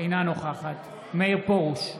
אינה נוכחת מאיר פרוש,